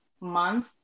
month